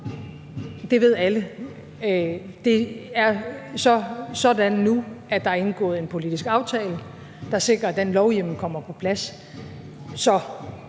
Det ved alle. Det er så sådan nu, at der er indgået en politisk aftale, der sikrer, at den lovhjemmel kommer på plads.